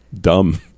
dumb